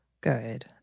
good